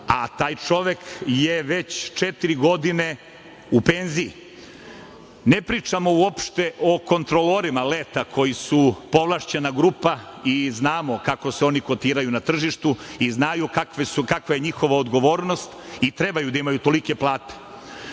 a taj čovek je već četiri godine u penziji. Ne pričamo uopšte o kontrolorima leta koji su povlašćena grupa i znamo kako se oni kotiraju na tržištu i znaju kakva je njihova odgovornost i trebaju da imaju tolike plate. Član